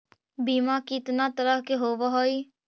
बीमा कितना तरह के होव हइ?